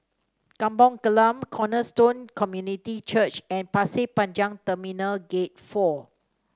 Kampung Glam Cornerstone Community Church and Pasir Panjang Terminal Gate Four